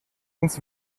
ins